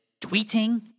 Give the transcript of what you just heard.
tweeting